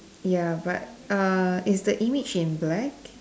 ya but err is the image in black